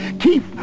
Keith